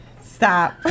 Stop